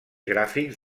gràfics